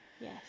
Yes